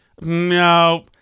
No